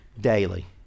Daily